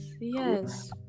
yes